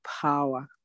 power